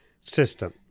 system